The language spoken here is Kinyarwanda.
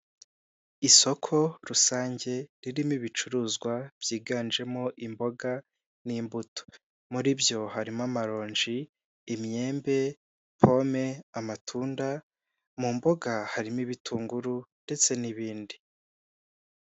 Isoko rusange ririmo ibicuruzwa byiganjemo imboga n'imbuto, muri byo harimo amaronji, imyembe, pome, amatunda, mu mboga harimo ibitunguru ndetse n'ibindi.